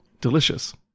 Delicious